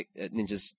Ninjas